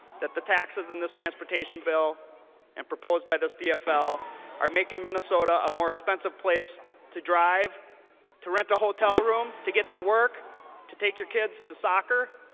that the taxes in this transportation bill and proposed by this dfl are making minnesota a more expensive place to drive to rent a hotel on to get to work to take your kids to soccer